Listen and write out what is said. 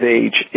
age